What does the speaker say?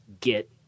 get